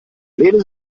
lehnen